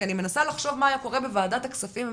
כי אני מנסה לחשוב מה היה קורה בוועדת הכספים אם